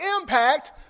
impact